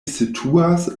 situas